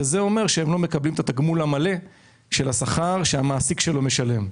מה שאומר שהוא לא מקבל את התגמול המלא של השכר שהמעסיק שלו משלם.